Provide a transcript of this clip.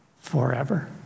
Forever